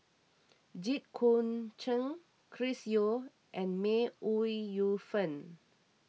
Jit Koon Ch'ng Chris Yeo and May Ooi Yu Fen